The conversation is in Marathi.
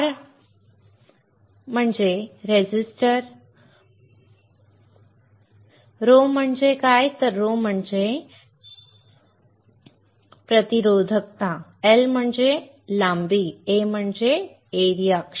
ρ म्हणजे काय प्रतिरोधकता L म्हणजे काय लांबी A म्हणजे काय